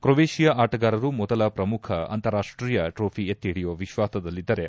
Croatia ಆಟಗಾರರು ಮೊದಲ ಪ್ರಮುಖ ಅಂತಾರಾಷ್ಷೀಯ ಟ್ರೋಫಿ ಎತ್ತಿ ಹಿಡಿಯುವ ವಿಶ್ವಾಸದಲ್ಲಿದ್ದರೆ